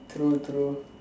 true true